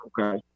Okay